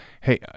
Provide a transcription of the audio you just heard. Hey